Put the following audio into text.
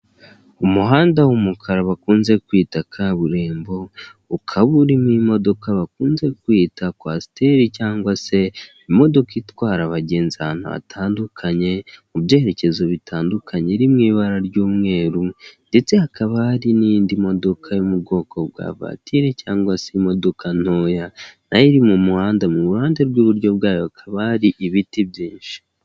Umuhanda w'umukara bakunze kwita kaburimbo ukaba urimo imodoka bakunze kwita kwasiteri cyangwa se imodoka itwara abagenzi ahantu hatandukanye mu byerekezo bitandukanye iri mu ibara ry'umweru ndetse hakaba hari n'indi modoka yo mu bwoko bwa vatire cyangwa se imodoka ntoya nayo iri mu muhanda mu ruhande rw'iburyo bwayo hakaba hari ibiti byinshi.